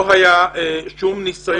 לא היה שום ניסיון.